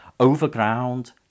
Overground